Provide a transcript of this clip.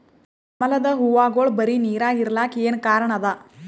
ಕಮಲದ ಹೂವಾಗೋಳ ಬರೀ ನೀರಾಗ ಇರಲಾಕ ಏನ ಕಾರಣ ಅದಾ?